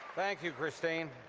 thank you christine.